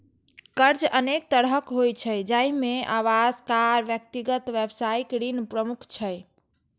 कर्ज अनेक तरहक होइ छै, जाहि मे आवास, कार, व्यक्तिगत, व्यावसायिक ऋण प्रमुख छै